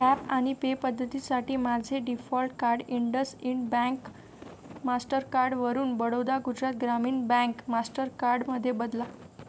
app आनि pay पद्धतीसाठी माझे default card IndusInd bank Mastercard वरून बडोदा गुजरात ग्रामीण बँक मास्टरकार्ड मध्ये बदला